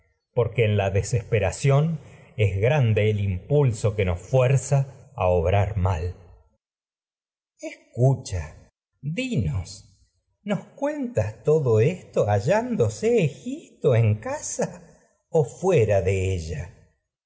porque en la desesperación obrar mal es grande el impulso que nos fuerza a electra coro llándose escucha dinos o nos cuentas todo esto ha egisto en casa fuera de ella